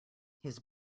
his